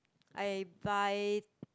I buy